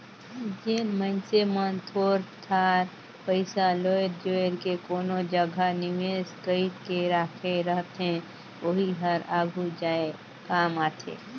जेन मइनसे मन थोर थार पइसा लोएर जोएर के कोनो जगहा निवेस कइर के राखे रहथे ओही हर आघु जाए काम आथे